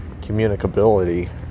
communicability